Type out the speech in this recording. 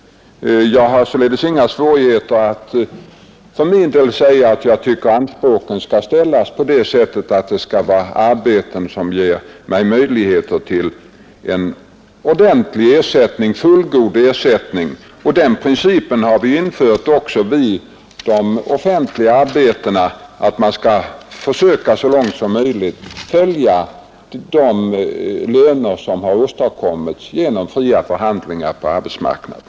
Jag har således inga svårigheter att för min del säga att jag tycker att anspråken skall ställas på det sättet att arbetet ger en fullgod ersättning. Vi har också för de offentliga arbetena infört den principen att man skall så långt som möjligt följa de löner som har åstadkommits genom fria förhandlingar på arbetsmarknaden.